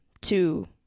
two